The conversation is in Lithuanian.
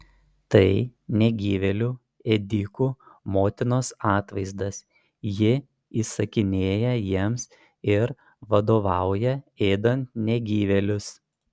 tai negyvėlių ėdikų motinos atvaizdas ji įsakinėja jiems ir vadovauja ėdant negyvėlius